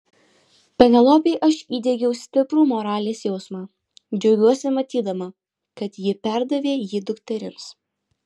penelopei aš įdiegiau stiprų moralės jausmą džiaugiuosi matydama kad ji perdavė jį dukterims